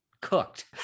cooked